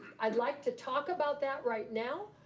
i'd like to talk about that right now,